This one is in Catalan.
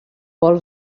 paul